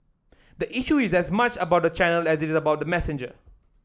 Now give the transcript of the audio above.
the issue is as much about the channel as it's about the messenger